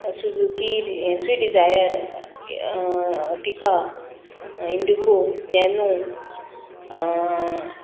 Suzuki swift desire tika indigo nano